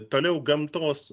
toliau gamtos